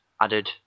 added